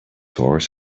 horse